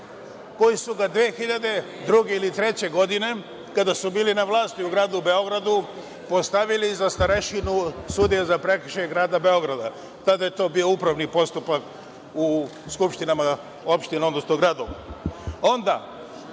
koji su ga 2002. ili 2003. godine kada su bili na vlasti u gradu Beogradu postavili za starešinu sudije za prekršaj grada Beograda, tada je to bio upravni postupak u skupštinama, opštinama, odnosno gradu. Onda